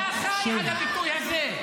היא חיה על הביטוי הזה.